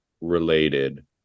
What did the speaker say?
related